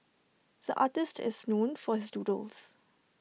the artist is known for his doodles